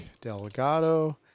Delgado